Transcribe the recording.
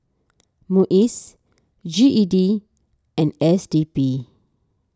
Muis G E D and S D P